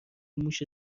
موش